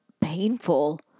painful